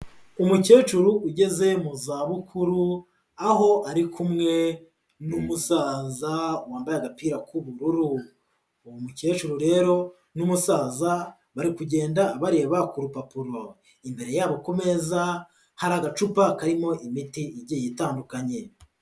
Umukecuru ugeze mu zabukuru, aho ari kumwe n'umusaza wambaye agapira k'ubururu, uwo mukecuru rero n'umusaza, bari kugenda bareba ku rupapuro. Imbere yabo ku meza, hari agacupa karimo imiti igiye itandukanye.